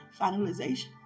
finalization